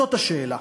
זאת השאלה.